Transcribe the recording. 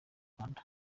rwanda